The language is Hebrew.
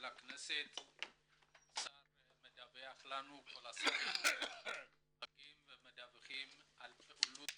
בהשתתפות שר התפוצות נפתלי בנט שידווח על פעילות